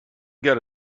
get